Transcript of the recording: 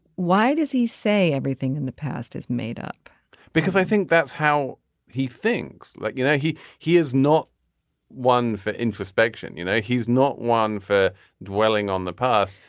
why does he say everything in the past is made up because i think that's how he things like you know he he is not one for introspection. you know he's not one for dwelling on the past.